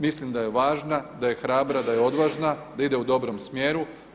Mislim da je važna, da je hrabra, da je odvažna, da ide u dobrom smjeru.